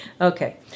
Okay